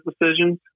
decisions